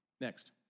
Next